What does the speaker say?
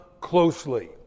closely